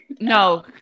No